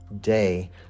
day